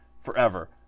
forever